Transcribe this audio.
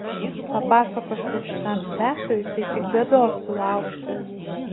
papasakosi šitam plepiui tai tik bėdos sulauksi